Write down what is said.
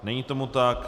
Není tomu tak.